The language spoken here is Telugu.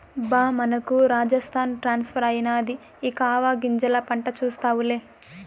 బా మనకు రాజస్థాన్ ట్రాన్స్ఫర్ అయినాది ఇక ఆవాగింజల పంట చూస్తావులే